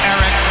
Eric